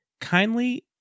kindly